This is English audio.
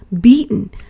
beaten